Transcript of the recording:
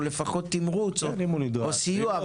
או לפחות תמריץ או סיוע,